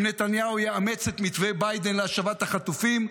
נתניהו יאמץ את מתווה ביידן להשבת החטופים,